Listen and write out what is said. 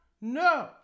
No